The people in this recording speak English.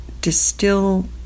distill